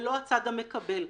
ולא הצד המקבל.